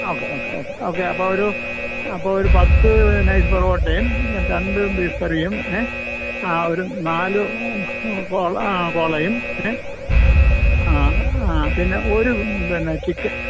okay okay okay okay അപ്പോൾ ഒരു അപ്പോൾ ഒരു പത്ത് നൈസ് പൊറോട്ടയും രണ്ട് ബീഫ് കറിയും ഏ ആ ഒരു നാല് കോള ആ കോളയും ഏ ആ ആ പിന്നെ ഒരു പിന്നെ ചിക്കൻ